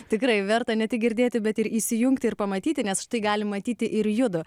tikrai verta ne tik girdėti bet ir įsijungti ir pamatyti nes štai gali matyti ir judu